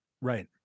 Right